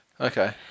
Okay